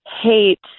hate